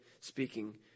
speaking